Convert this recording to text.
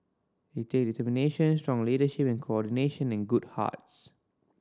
it takes determination strong leadership and coordination and good hearts